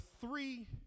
three